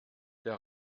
der